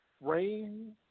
Rain